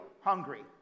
hungry